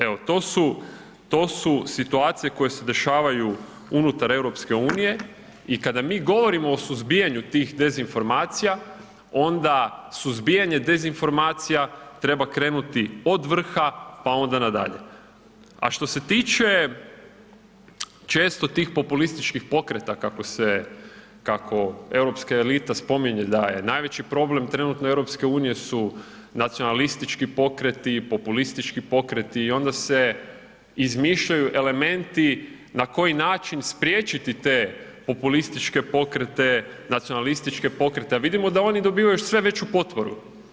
Evo to su situacije koje se dešavaju unutar EU-a i kada mi govorimo o suzbijanju tih dezinformacija, onda suzbijanje dezinformacija treba krenuti od vrha pa onda nadalje a što se tiče često tih populističkih pokreta, kako europska elita spominje da je najveći problem trenutno EU-a su nacionalistički pokreti, populistički pokreti i onda se izmišljaju elementi na koji način spriječiti te populističke pokrete, nacionalističke pokrete a vidimo da oni dobivaju sve veću potporu.